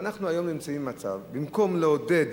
ואנחנו היום נמצאים במצב שבמקום לעודד